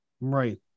Right